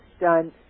done